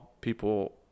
people